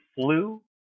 flu